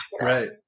Right